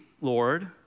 Lord